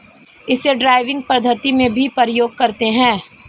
इसे ड्राइविंग पद्धति में भी प्रयोग करते हैं